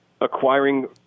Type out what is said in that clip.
acquiring